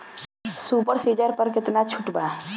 Super seeder पर केतना छूट बा?